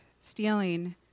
stealing